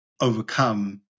overcome